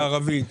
גם בערבית,